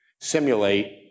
simulate